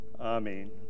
Amen